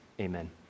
Amen